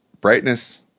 brightness